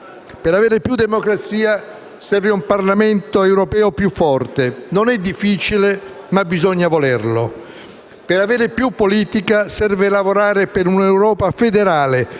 Per avere più democrazia serve un Parlamento europeo più forte. Non è difficile, ma bisogna volerlo. Per avere più politica serve lavorare per un'Europa federale